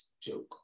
joke